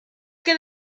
que